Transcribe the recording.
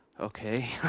Okay